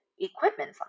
equipment